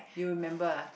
you remember ah